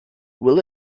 will